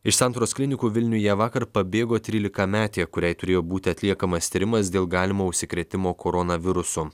iš santaros klinikų vilniuje vakar pabėgo trylikametė kuriai turėjo būti atliekamas tyrimas dėl galimo užsikrėtimo koronavirusu